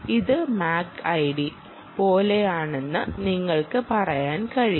ഇത് MAC ID പോലെയാണെന്ന് നിങ്ങൾക്ക് പറയാൻ കഴിയും